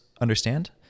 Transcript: understand